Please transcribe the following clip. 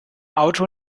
auto